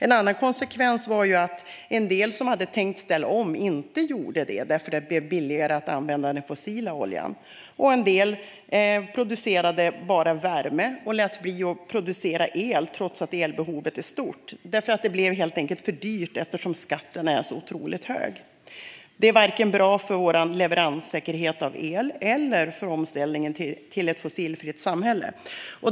En annan konsekvens var att en del som hade tänkt ställa om inte gjorde det, eftersom det blev billigare att använda den fossila oljan. En del producerade bara värme och lät bli att producera el, trots att elbehovet är stort. Det blev helt enkelt för dyrt, eftersom skatten är så otroligt hög. Detta är inte bra för vår leveranssäkerhet gällande el och inte heller för omställningen till ett fossilfritt samhälle.